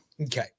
Okay